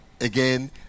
Again